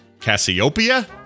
Cassiopeia